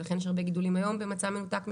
ולכן, יש הרבה גידולים במצב מנותק.